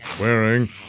Wearing